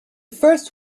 first